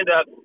up